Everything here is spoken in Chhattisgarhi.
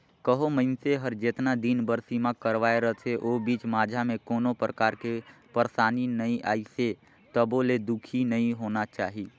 कहो मइनसे हर जेतना दिन बर बीमा करवाये रथे ओ बीच माझा मे कोनो परकार के परसानी नइ आइसे तभो ले दुखी नइ होना चाही